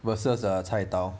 versus a 菜刀